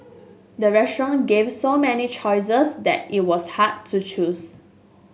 the restaurant gave so many choices that it was hard to choose